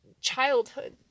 childhood